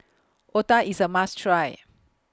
Otah IS A must Try